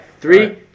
Three